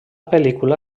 pel·lícula